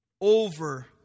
Over